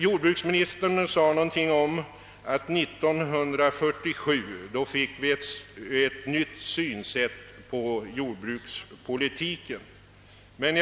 Jordbruksministern sade att vi 1947 anlade ett nytt synsätt på jordbrukspolitiken.